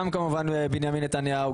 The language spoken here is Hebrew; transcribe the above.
גם בנימין נתניהו,